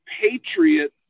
Patriot